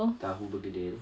tahu begedil